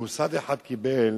מוסד אחד קיבל